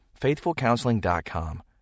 FaithfulCounseling.com